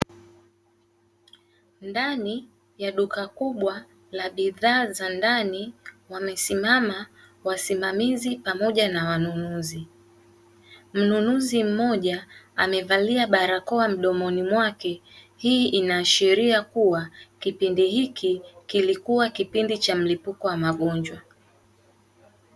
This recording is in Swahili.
Ndani ya duka kubwa la bidhaa za ndani, wamesimama wasimamizi pamoja na wanunuzi. Mnunuzi mmoja amevalia barakoa mdomoni mwake; hii inaashiria kuwa kipindi hiki kilikuwa kipindi cha mlipuko wa magonjwa.